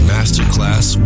Masterclass